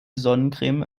sonnencreme